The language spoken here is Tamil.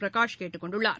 பிரகாஷ் கேட்டுக் கொண்டுள்ளார்